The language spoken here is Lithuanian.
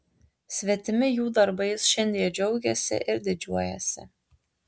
svetimi jų darbais šiandie džiaugiasi ir didžiuojasi